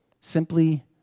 simply